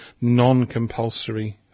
non-compulsory